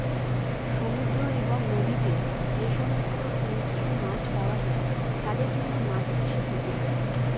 সমুদ্র এবং নদীতে যে সমস্ত হিংস্র মাছ পাওয়া যায় তাদের জন্য মাছ চাষে ক্ষতি হয়